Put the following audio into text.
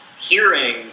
hearing